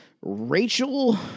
Rachel